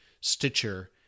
Stitcher